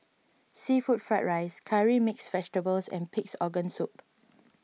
Seafood Fried Rice Curry Mixed Vegetable and Pig's Organ Soup